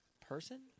person